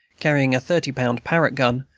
carrying a thirty-pound parrott gun,